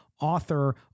author